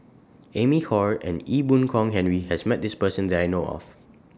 Amy Khor and Ee Boon Kong Henry has Met This Person that I know of